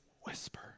whisper